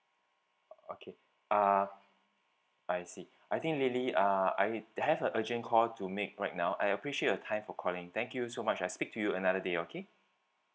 oh okay uh I see I think lately uh I have a urgent call to make right now I appreciate your time for calling thank you so much I speak to you another day okay